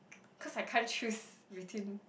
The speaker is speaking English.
cause I can't choose between